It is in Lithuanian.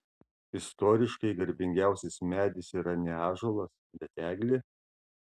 istoriškai garbingiausias medis yra ne ąžuolas bet eglė